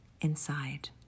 inside